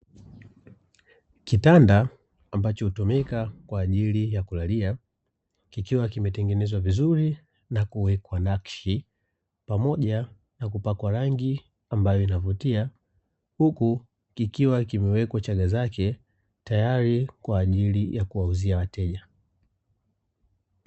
Kitanda ambacho hutumika kwaajili ya kulalia, kikiwa kimetengenezwa vizuri na kuwekwa nakshi, pamoja na kupakwa rangi ambayo inavutia, huku kikiwa kumewekwa chaga zake tayari kwaajili ya kuwauzia wateja.